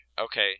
Okay